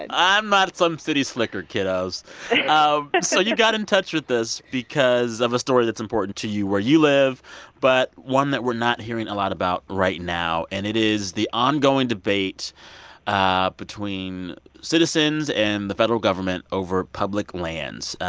i'm not some city slicker, kiddoes so you got in touch with us because of a story that's important to you where you live but one that we're not hearing a lot about right now. and it is the ongoing debate ah between citizens and the federal government over public lands.